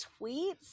tweets